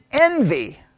envy